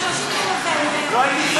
30 בנובמבר,